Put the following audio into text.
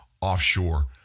offshore